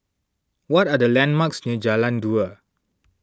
what are the landmarks near Jalan Dua